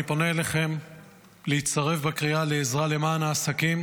אני פונה אליכם להצטרף לקריאה לעזרה למען העסקים,